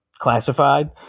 classified